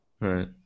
Right